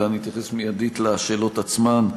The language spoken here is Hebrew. אלא אני אתייחס מייד לשאלות עצמן,